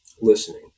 listening